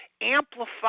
amplify